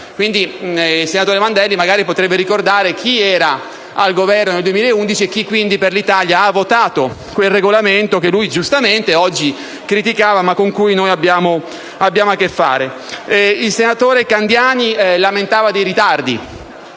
2011 e il senatore Mandelli potrebbe ricordare chi era al Governo nel 2011 e chi, quindi, ha votato per l'Italia quel regolamento che lui giustamente oggi criticava ma con cui dobbiamo confrontarci. Il senatore Candiani ha lamentato dei ritardi.